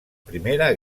primera